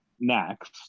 next